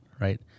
right